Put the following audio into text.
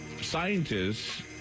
scientists